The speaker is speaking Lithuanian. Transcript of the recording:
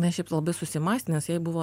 jinai šiaip labaisusimąstė nes jai buvo